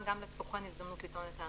גם לסוכן הזדמנות לטעון את טענותיו.